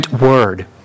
word